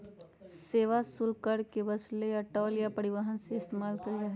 सेवा शुल्क कर के वसूले ला टोल या परिवहन के इस्तेमाल कइल जाहई